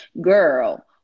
Girl